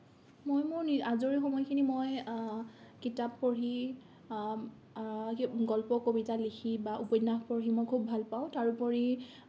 মই মোৰ নি আজৰি সময়খিনি মই কিতাপ পঢ়ি গল্প কবিতা লিখি বা উপন্যাস পঢ়ি মই খুব ভাল পাওঁ তাৰোপৰি